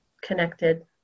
connected